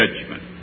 judgment